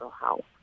help